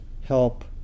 help